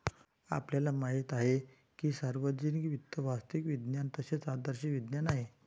आपल्याला माहित आहे की सार्वजनिक वित्त वास्तविक विज्ञान तसेच आदर्श विज्ञान आहे